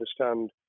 understand